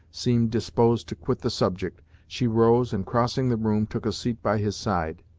seemed disposed to quit the subject, she rose, and crossing the room, took a seat by his side.